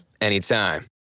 anytime